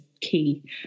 key